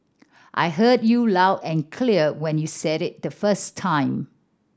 I heard you loud and clear when you said it the first time